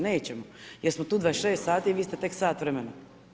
Nećemo jer smo tu 26 sati a vi ste tek sat vremena.